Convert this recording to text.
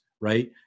right